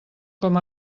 com